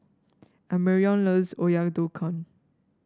Amarion loves Oyakodon